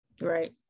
right